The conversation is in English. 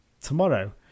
Tomorrow